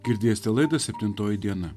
girdėsite laidą septintoji diena